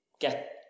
get